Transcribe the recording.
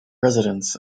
residents